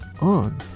on